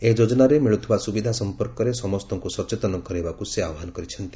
ଏହି ଯୋଜନାରେ ମିଳୁଥିବା ସୁବିଧା ସମ୍ପର୍କରେ ସମସ୍ତଙ୍କୁ ସଚେତନ କରାଇବାକୁ ସେ ଆହ୍ୱାନ କରିଛନ୍ତି